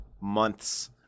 months